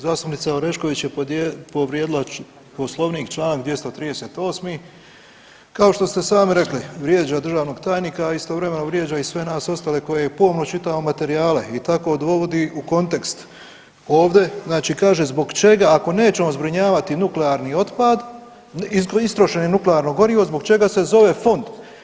Zastupnica Orešković je povrijedila Poslovnik čl. 238., kao što ste sami rekli vrijeđa državnog tajnika, a istovremeno vrijeđa i sve nas ostale koji pomno čitamo materijale i tako dovodi u kontekst ovdje, znači kaže zbog čega ako nećemo zbrinjavati nuklearni otpad, istrošeno nuklearno gorivo zbog čega se zove fond?